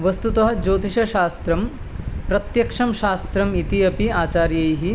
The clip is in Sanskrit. वस्तुतः ज्योतिषशास्त्रं प्रत्यक्षशास्त्रम् इति अपि आचार्यैः